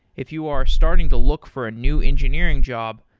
if you are starting to look for a new engineering job,